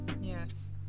Yes